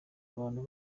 abantu